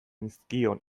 nizkion